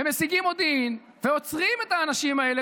הם משיגים מודיעין ועוצרים את האנשים האלה,